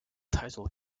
title